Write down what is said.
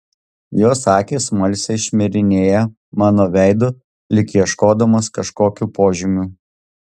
jos akys smalsiai šmirinėja mano veidu lyg ieškodamos kažkokių požymių